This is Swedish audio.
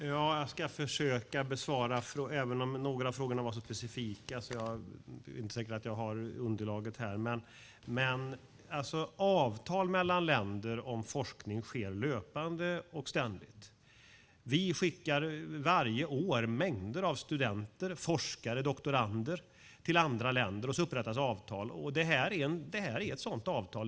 Fru talman! Jag ska försöka besvara frågorna även om några av dem var så specifika att jag inte är säker på att jag har underlag. Avtal om forskning mellan länder görs löpande och ständigt. Vi skickar varje år mängder av studenter, forskare och doktorander till andra länder, och så upprättas avtal. Detta är ett sådant avtal.